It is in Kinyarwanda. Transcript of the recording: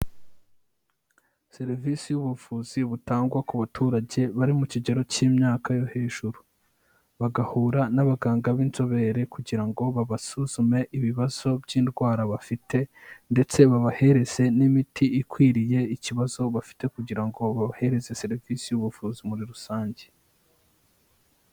Serivisi y'ubuvuzi butangwa ku baturage bari mu kigero cy'imyaka yo hejuru. Bagahura n'abaganga b'inzobere kugira ngo babasuzume ibibazo by'indwara bafite ndetse babahereze n'imiti ikwiriye ikibazo bafite kugira ngo babahereze serivisi y'ubuvuzi muri rusange.